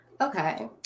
Okay